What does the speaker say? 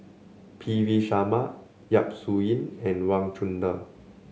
P V Sharma Yap Su Yin and Wang Chunde